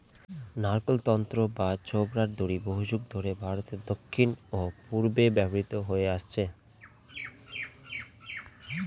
নারকোল তন্তু বা ছোবড়ার দড়ি বহুযুগ ধরে ভারতের দক্ষিণ ও পূর্বে ব্যবহৃত হয়ে আসছে